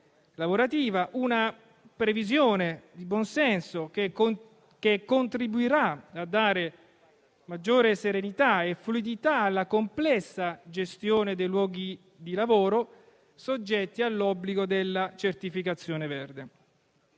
lavorativa: una previsione di buon senso, che contribuirà a dare maggiore serenità e fluidità alla complessa gestione dei luoghi di lavoro soggetti all'obbligo della certificazione verde;